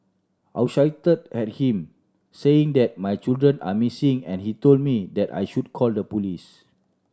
I shouted at him saying that my children are missing and he told me that I should call the police